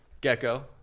Gecko